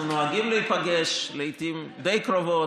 אנחנו נוהגים להיפגש לעיתים די קרובות,